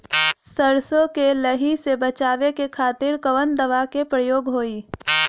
सरसो के लही से बचावे के खातिर कवन दवा के प्रयोग होई?